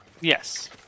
Yes